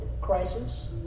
crisis